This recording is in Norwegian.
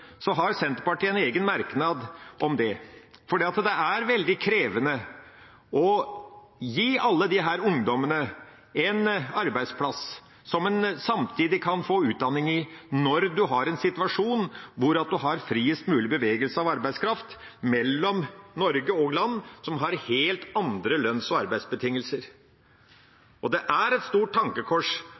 har Senterpartiet en egen merknad om det. Det er veldig krevende å gi alle disse ungdommene en arbeidsplass der man samtidig kan få utdanning, når man har en situasjon med friest mulig bevegelse av arbeidskraft mellom Norge og land som har helt andre lønns- og arbeidsbetingelser. Det er et stort tankekors